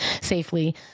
safely